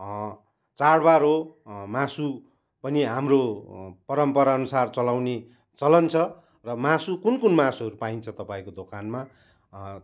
चाडबाड हो मासु पनि हाम्रो परम्पराअनुसार चलाउने चलन छ र मासु कुन कुन मासुहरू पाइन्छ तपाईँको दोकानमा